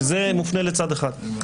כי זה מופנה לצד אחד.